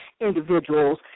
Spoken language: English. individuals